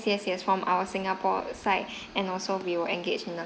yes yes from our singapore site and also we will engage in the